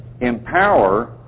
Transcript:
empower